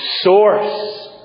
source